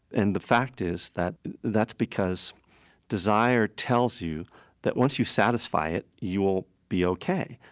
and the fact is that that's because desire tells you that once you satisfy it, you'll be ok.